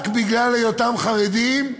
רק בגלל היותם חרדים,